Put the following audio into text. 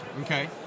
okay